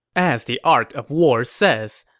as the art of war says,